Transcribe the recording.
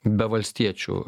be valstiečių